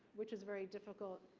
which is very difficult,